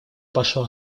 пошла